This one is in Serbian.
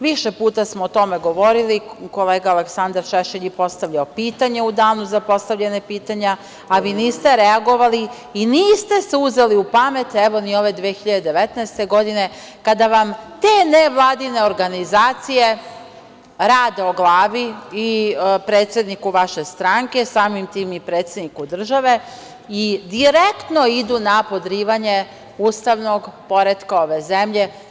Više puta smo o tome govorili i kolega Aleksandar Šešelj je postavljao pitanje u danu za postavljanje pitanja, a vi niste reagovali i niste se uzeli u pamet ni ove 2019. godine, kada vam te nevladine organizacije rade o glavi i predsedniku vaše stranke, a samim tim i predsedniku države i direktno idu na podrivanje ustavnog poretka ove zemlje.